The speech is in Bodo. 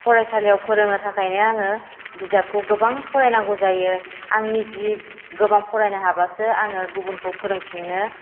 फरायसालियाव फोरोंनो थाखायनो आङो बिजाबखौ गोबां फायनांगौ जायो आंनि निजि गोबां फरायनो हाबासो आङो गुबुनखौ फोरोंफिननो